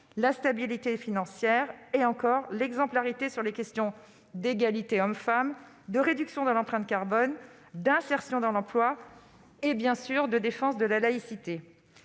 la stabilité financière et l'exemplarité sur les questions d'égalité entre les hommes et les femmes, de réduction de l'empreinte carbone, d'insertion dans l'emploi et de défense de la laïcité.